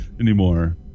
anymore